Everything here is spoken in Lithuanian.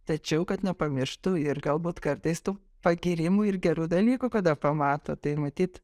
tačiau kad nepamirštų ir galbūt kartais tų pagyrimų ir gerų dalykų kada pamato tai matyt